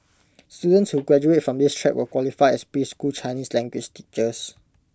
students who graduate from this track will qualify as preschool Chinese language teachers